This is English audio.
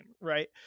right